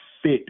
fit